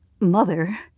Mother